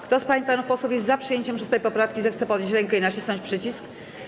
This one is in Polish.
Kto z pań i panów posłów jest za przyjęciem 6. poprawki, zechce podnieść rękę i nacisnąć przycisk.